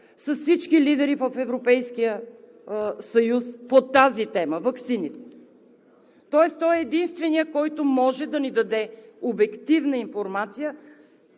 с всички лидери в Европейския съюз по тази тема – ваксините. Тоест той е единственият, който може да ни даде обективна информация